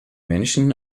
menschen